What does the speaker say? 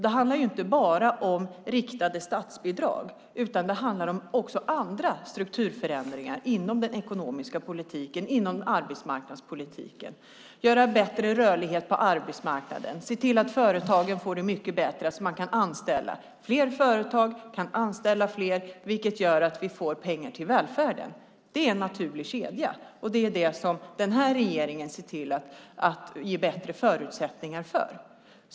Det handlar inte bara om riktade statsbidrag, utan också om andra strukturförändringar inom den ekonomiska politiken och arbetsmarknadspolitiken, om att skapa bättre rörlighet på arbetsmarknaden och se till att företagen får det mycket bättre så att de kan anställa. Fler företag kan då anställa fler, vilket gör att vi får pengar till välfärden. Det är en naturlig kedja, och det är det som den här regeringen ser till att ge bättre förutsättningar för.